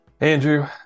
Andrew